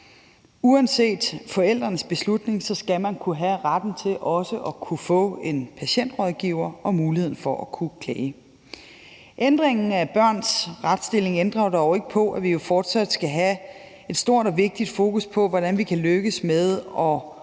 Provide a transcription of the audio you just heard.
Uanset forældrenes beslutning skal man kunne have retten til at kunne få en patientrådgiver og muligheden for at kunne klage. Ændringen af børns retsstilling ændrer dog ikke på, at vi jo fortsat skal have et stort og vigtigt fokus på, hvordan vi kan lykkes med at